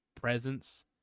presence